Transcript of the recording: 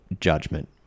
judgment